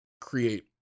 create